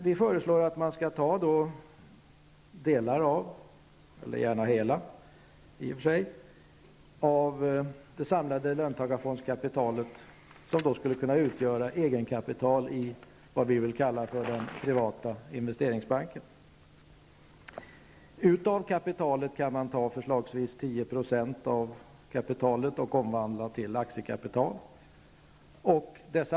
Vi föreslår vidare att man skall låta det samlade löntagarfondskapitalet, delvis eller gärna till fullo, utgöra egenkapital i vad vi vill kalla för den privata investeringsbanken. Förslagsvis 10 % av kapitalet kan omvandlas till aktiekapital.